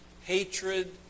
hatred